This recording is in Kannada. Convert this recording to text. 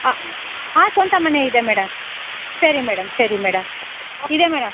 ಹಾಂ ಹಾಂ ಸ್ವಂತ ಮನೆ ಇದೆ ಮೇಡಮ್ ಸರಿ ಮೇಡಮ್ ಸರಿ ಮೇಡಮ್ ಇದೆ ಮೇಡಮ್